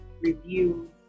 review